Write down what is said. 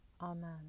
Amen